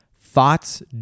thoughts